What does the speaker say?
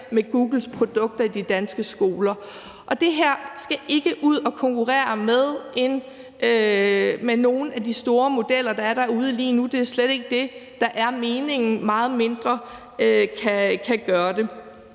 med Googles produkter i de danske skoler. Det her skal ikke ud at konkurrere med nogen af de store modeller, der er derude lige nu. Det er slet ikke det, der er meningen. Meget mindre kan gøre det.